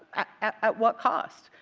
at what cost?